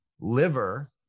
liver